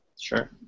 Sure